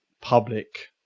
public